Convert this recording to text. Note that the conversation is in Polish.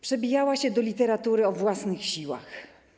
Przebijała się do literatury o własnych siłach.